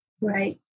right